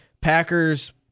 Packers